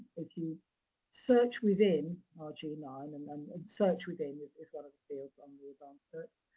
if you search within r g nine, and um and search within is is one of the fields on the advanced search,